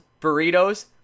burritos